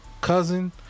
cousin